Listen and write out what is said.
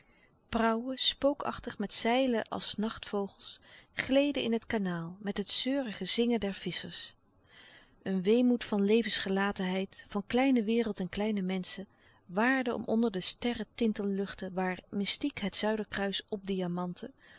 prauwen spookachtig met zeilen als nachtvogels gleden in het kanaal met het zeurige zingen der visschers een weemoed van levensgelatenheid van kleine wereld en kleine menschen waarde om onder de sterretintelluchten waar mystiek het zuiderkruis opdiamantte of